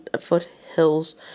foothills